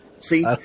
See